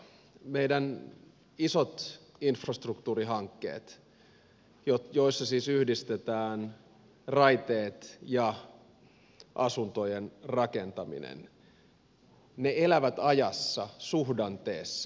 meidän isot infrastruktuurihankkeemme joissa siis yhdistetään raiteet ja asuntojen rakentaminen elävät ajassa suhdanteessa